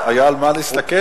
היה על מה להסתכל?